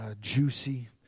juicy